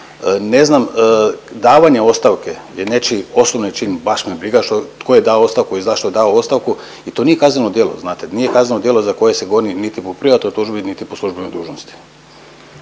Ne znam davanje ostavke je nečiji osobni čin, baš me briga što, tko je dao ostavku i zašto je dao ostavku i to nije kazneno djelo znate. Nije kazneno djelo za koje se goni niti po privatnoj tužbi niti po službenoj dužnosti.